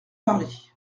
paris